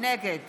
נגד